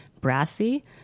brassy